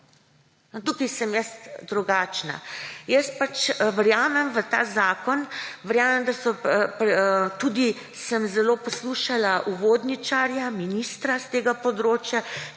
Tukaj sem jaz drugačna. Jaz pač verjamem v ta zakon. Tudi sem zelo poslušala uvodničarja, ministra s tega področja,